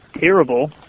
terrible